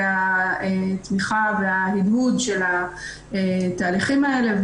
התמיכה והדהוד של התהליכים האלה.